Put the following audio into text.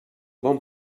bon